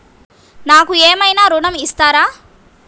నాకు ఏమైనా ఋణం ఇస్తారా?